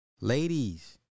Ladies